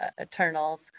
Eternals